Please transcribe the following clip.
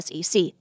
SEC